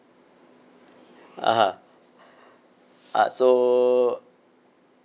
(uh huh) uh so